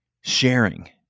sharing